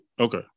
Okay